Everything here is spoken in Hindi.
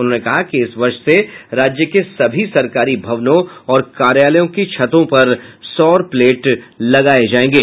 उन्होंने कहा कि इस वर्ष से राज्य के सभी सरकारी भवनों और कार्यालयों की छत पर सौर प्लेट लगाये जाएंगे